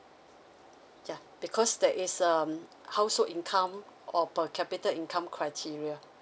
ya because that is um household income or per capita income criteria